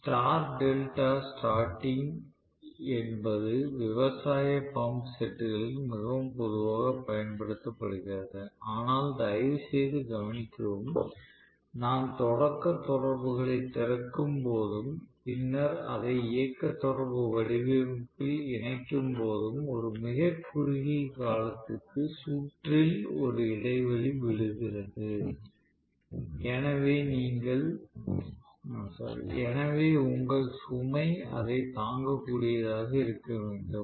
star delta starting என்பது விவசாய pump செட்களில் மிகவும் பொதுவாகப் பயன்படுத்தப்படுகிறது ஆனால் தயவுசெய்து கவனிக்கவும் நான் தொடக்க தொடர்புகளைத் திறக்கும்போதும் பின்னர் அதை இயக்க தொடர்பு வடிவமைப்பில் இணைக்கும்போதும் ஒரு மிகக் குறுகிய காலத்திற்கு சுற்றில் ஒரு இடைவெளி விழுகிறது எனவே உங்கள் சுமை அதைத் தாங்கக்கூடியதாக இருக்க வேண்டும்